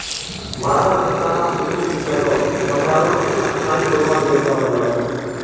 भारत सरकार कुछू किसान बाज़ारक स्थाई करवार योजना बना छेक